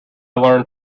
learned